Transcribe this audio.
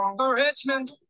Richmond